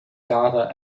data